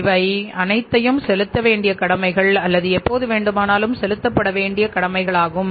இவை அனைத்தையும் செலுத்த வேண்டிய கடமைகள் அல்லது எப்போது வேண்டுமானாலும் செலுத்தப்பட வேண்டிய கடமைகளாகும்